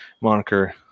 moniker